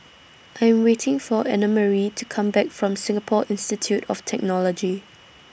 I Am waiting For Annamarie to Come Back from Singapore Institute of Technology